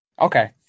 Okay